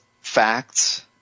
facts